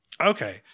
Okay